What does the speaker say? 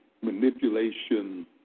manipulation